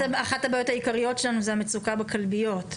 הבעיות העיקריות שלנו זה המצוקה בכלביות.